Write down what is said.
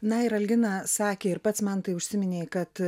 na ir algina sakė ir pats mantai užsiminei kad